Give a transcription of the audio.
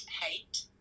hate